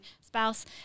spouse